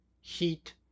heat